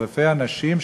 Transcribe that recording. אלפי אנשים,